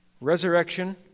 resurrection